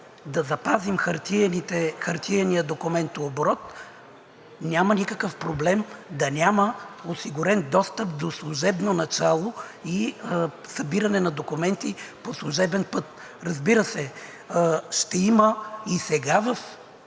да запазим хартиения документооборот, няма никакъв проблем да няма осигурен достъп до служебно начало и събиране на документи по служебен път. Разбира се, ще има, и сега в